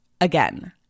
again